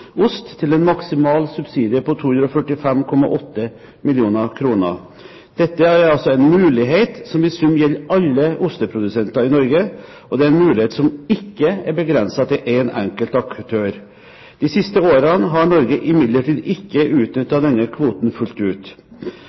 ost til en maksimal subsidie på 245,8 mill. kr. Dette er en mulighet som i sum gjelder alle osteprodusenter i Norge, og det er en mulighet som ikke er begrenset til én enkelt aktør. De siste årene har Norge imidlertid ikke utnyttet denne kvoten fullt ut.